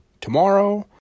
tomorrow